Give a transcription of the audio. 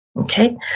okay